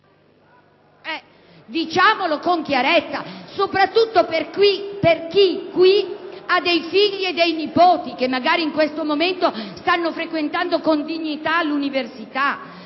Diciamolo con chiarezza, soprattutto per chi qui ha figli e nipoti, che magari in questo momento stanno frequentando con dignità l'università,